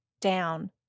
down